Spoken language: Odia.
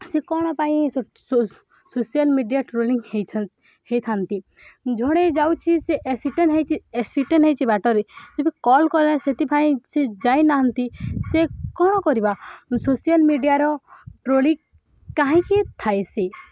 ସେ କ'ଣ ପାଇଁ ସୋସିଆଲ ମିଡ଼ିଆ ଟ୍ରୋଲିଂ ହେଇ ହେଇଥାନ୍ତି ଜଣେ ଯାଉଛି ସେ ଏକ୍ସିଡେଣ୍ଟ ହେଇଛି ଏକ୍ସିଡେଣ୍ଟ ହେଇଛି ବାଟରେ ଯେବେ କଲ୍ କଲା ସେଥିପାଇଁ ସେ ଯାଇନାହାନ୍ତି ସେ କ'ଣ କରିବା ସୋସିଆଲ ମିଡ଼ିଆର ଟ୍ରୋଲିଙ୍ଗ କାହିଁକି ଥାଏ ସେ